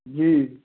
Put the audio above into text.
जी